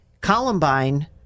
Columbine